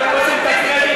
אם אתם רוצים את הקרדיט,